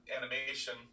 animation